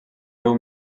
riu